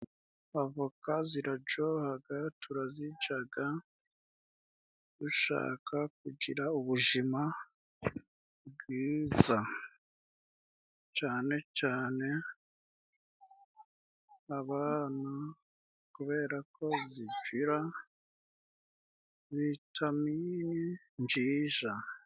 Avoka zirajohaga turazijaga dushaka kugira ubujima bwiza. Cyane cyane abana kubera ko zigira vitamine nziza.